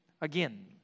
again